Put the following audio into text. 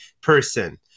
person